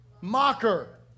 mocker